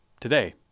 today